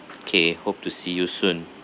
K hope to see you soon